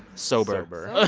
sober sober